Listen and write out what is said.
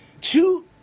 two